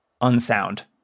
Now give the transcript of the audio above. unsound